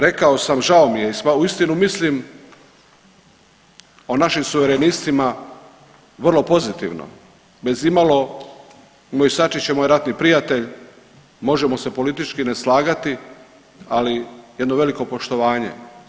Rekao sam, žao mi je i uistinu mislim o našim suverenistima vrlo pozitivno, bez imalo, moj Sačić je moj ratni prijatelj, možemo se politički ne slagati, ali jedno veliko poštovanje.